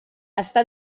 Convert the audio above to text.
està